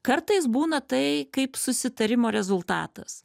kartais būna tai kaip susitarimo rezultatas